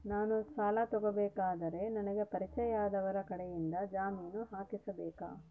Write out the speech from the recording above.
ನಾನು ಸಾಲ ತಗೋಬೇಕಾದರೆ ನನಗ ಪರಿಚಯದವರ ಕಡೆಯಿಂದ ಜಾಮೇನು ಹಾಕಿಸಬೇಕಾ?